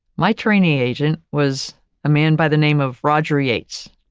my trainee agent was a man by the name of roger yates.